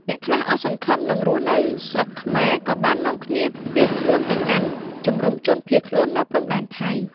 អ្នកខ្លះអស់សង្ឃឹមនឹងរស់នៅស្រុកខ្មែរ ក៏បាននាំគ្នាភៀសខ្លួនទៅកាន់ជំរំជនភៀសខ្លួននៅព្រំដែនថៃ។